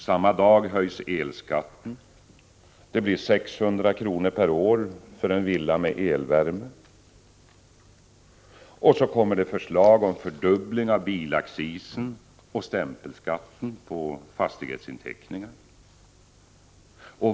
Samma dag höjs elskatten. Det blir 600 kr. per år för en villa med elvärme. Nu fördubblas i ett slag bilaccisen och stämpelskatten på fastighetsinteckningar.